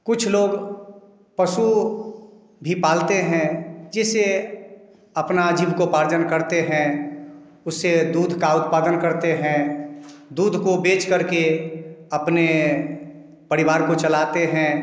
कुछ लोग पशु भी पालते हैं जिससे अपना जीविकोपार्जन करते हैं उससे दूध का उत्पादन करते हैं दूध को बेचकर के अपने परिवार को चलाते हैं